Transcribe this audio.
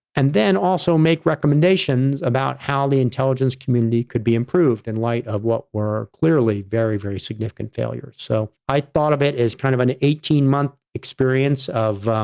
and then also make recommendations about how the intelligence community could be improved in light of what were clearly very, very significant failures. so, i thought of it as kind of an eighteen month experience of,